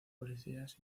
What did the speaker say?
policías